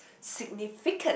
significance